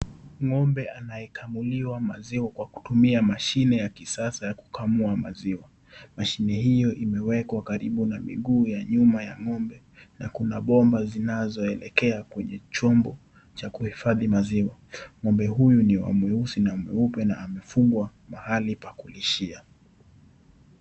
Ng'ombe anayekamuliwa maziwa kwa kutumia mashine ya kisasa ya kukamua maziwa. Mashine hiyo imewekwa karibu na miguu ya nyuma ya ng'ombe na kuna bomba zinazoelekea kwa chombo cha kuhifadhi maziwa. Ng'ombe huyu ni wa mweusi na mweupe na amefungwa mahali pa kulishia.